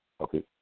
Okay